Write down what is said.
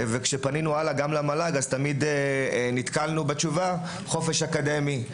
וכשפנינו הלאה למל"ג תמיד נתקלנו בתשובה: "חופש אקדמי",